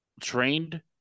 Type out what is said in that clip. trained